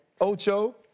Ocho